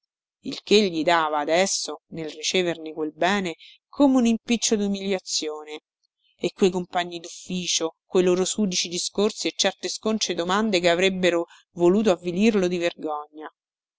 il che gli dava adesso nel riceverne quel bene come un impiccio dumiliazione e quei compagni dufficio coi loro sudici discorsi e certe sconce domande che avrebbero voluto avvilirlo di vergogna